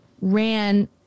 ran